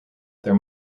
there